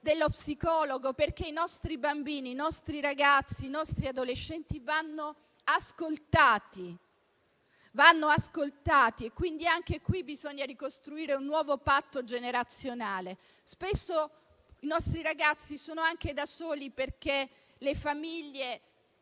dello psicologo, perché i nostri bambini, i nostri ragazzi, i nostri adolescenti vanno ascoltati. Bisogna ricostruire un nuovo patto generazionale. Spesso i nostri ragazzi sono da soli anche perché le famiglie,